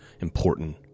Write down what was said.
important